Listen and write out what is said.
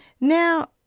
Now